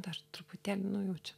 dar truputėlį nu jau čia